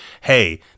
hey